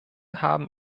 haben